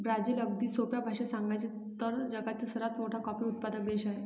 Brazil, अगदी सोप्या भाषेत सांगायचे तर, जगातील सर्वात मोठा कॉफी उत्पादक देश आहे